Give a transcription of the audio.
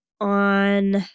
on